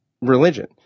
religion